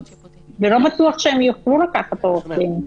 ולא בטוח שהם יוכלו לקחת עורך דין.